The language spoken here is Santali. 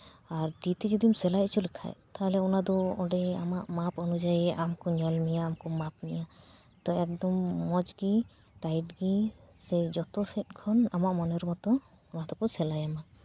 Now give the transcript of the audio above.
ᱟᱨ ᱛᱤ ᱛᱮ ᱡᱩᱫᱤᱢ ᱥᱮᱞᱟᱭ ᱦᱚᱪᱚ ᱞᱮᱠᱷᱟᱱ ᱛᱟᱦᱞᱮ ᱚᱱᱟ ᱫᱚ ᱚᱸᱰᱮ ᱟᱢᱟᱜ ᱢᱟᱯ ᱚᱱᱩᱡᱟᱭᱤ ᱟᱢ ᱠᱚ ᱧᱮᱞ ᱢᱮᱭᱟ ᱟᱨ ᱠᱚ ᱢᱟᱯ ᱢᱮᱭᱟ ᱛᱳ ᱮᱠᱫᱚᱢ ᱢᱚᱡᱽ ᱜᱮ ᱴᱟᱭᱤᱴ ᱜᱮ ᱥᱮ ᱡᱚᱛᱚ ᱥᱮᱫ ᱠᱷᱚᱱ ᱟᱢᱟᱜ ᱢᱚᱱᱮᱨ ᱢᱚᱛᱚ ᱚᱱᱟ ᱛᱮᱠᱚ ᱥᱮᱞᱟᱭ ᱟᱢᱟ